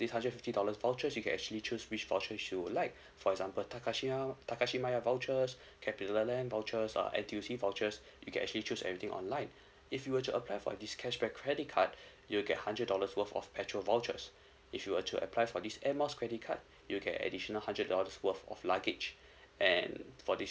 this hundred fifty dollars vouchers you can actually choose which voucher you would like for example Takashimaya Takashimaya vouchers capitaland vouchers or N_T_U_C vouchers you can actually choose everything online if you were to apply for this cashback credit card you'll get hundred dollars worth of petrol vouchers if you were to apply for this Air Miles credit card you'll get additional hundred dollars worth of luggage and for this